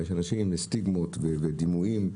יש לאנשים סטיגמות ודימויים,